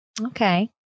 Okay